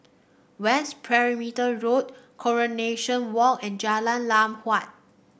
West Perimeter Road Coronation Walk and Jalan Lam Huat